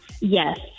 Yes